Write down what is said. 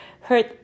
hurt